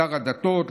שר הדתות,